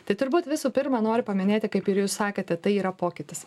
tai turbūt visų pirma noriu paminėti kaip ir jūs sakėte tai yra pokytis